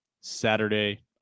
Saturday